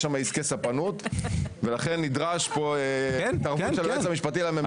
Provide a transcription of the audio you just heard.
יש שם עסקי ספנות ולכן נדרש פה התערבות של היועץ המשפטי לממשלה.